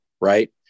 right